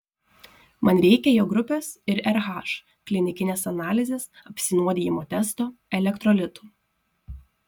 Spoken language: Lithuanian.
man reikia jo grupės ir rh klinikinės analizės apsinuodijimo testo elektrolitų